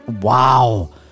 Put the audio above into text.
Wow